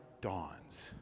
dawns